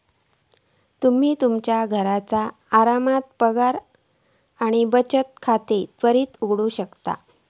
तुम्ही तुमच्यो घरचा आरामात बचत आणि पगार खाता त्वरित उघडू शकता